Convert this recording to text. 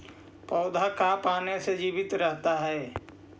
पौधा का पाने से जीवित रहता है?